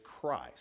Christ